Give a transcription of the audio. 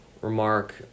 Remark